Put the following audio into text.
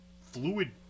fluid